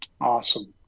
Awesome